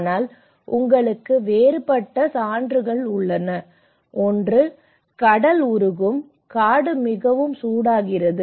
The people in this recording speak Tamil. ஆனால் உங்களுக்கு வேறுபட்ட சான்றுகள் உள்ளன ஒன்று கடல் உருகும் காடு மிகவும் சூடாகிறது